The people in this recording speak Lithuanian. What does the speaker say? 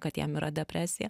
kad jiem yra depresija